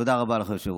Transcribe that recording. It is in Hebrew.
תודה רבה לך, היושב-ראש.